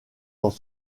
dans